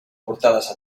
portades